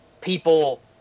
people